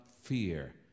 fear